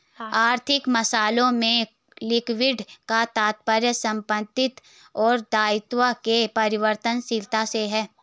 आर्थिक मामलों में लिक्विडिटी का तात्पर्य संपत्ति और दायित्व के परिवर्तनशीलता से है